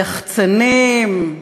יחצנים,